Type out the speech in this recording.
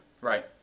right